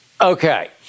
Okay